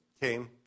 came